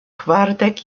kvardek